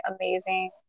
amazing